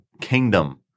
kingdom